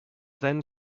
then